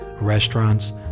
restaurants